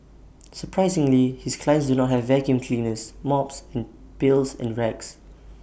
surprisingly his clients do not have vacuum cleaners mops and pails and rags